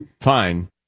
Fine